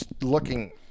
looking